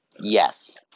Yes